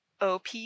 op